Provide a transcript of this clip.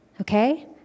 Okay